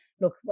look